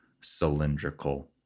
cylindrical